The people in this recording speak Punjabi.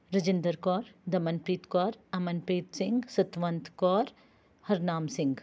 ਰਜਿੰਦਰ ਕੌਰ ਦਮਨਪ੍ਰੀਤ ਕੌਰ ਅਮਨਪ੍ਰੀਤ ਸਿੰਘ ਸਤਵੰਤ ਕੌਰ ਹਰਨਾਮ ਸਿੰਘ